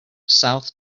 south